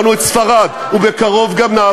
ועברנו את ספרד ובקרוב גם נעבור את צרפת.